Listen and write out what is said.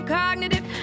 Cognitive